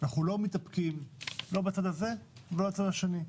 אנחנו לא מתאפקים לא בצד הזה ולא בצד השני.